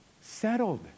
settled